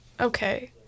Okay